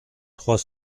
trois